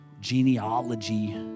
genealogy